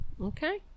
Okay